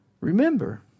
Remember